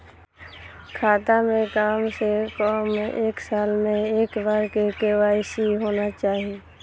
खाता में काम से कम एक साल में एक बार के.वाई.सी होना चाहि?